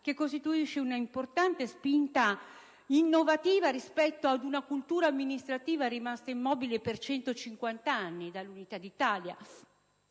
che costituisce un'importante spinta innovativa rispetto ad una cultura amministrativa rimasta immobile per 150 anni, dall'Unità d'Italia